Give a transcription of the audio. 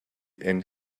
and